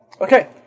Okay